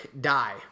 die